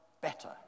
better